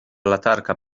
latarka